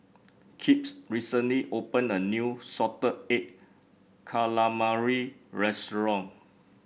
Kipp's recently opened a new Salted Egg Calamari restaurant